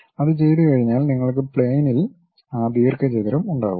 അത് ചെയ്തുകഴിഞ്ഞാൽ നിങ്ങൾക്ക് പ്ലെയിനിൽ ആ ദീർഘചതുരം ഉണ്ടാകും